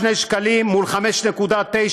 2 שקלים מול 5.90,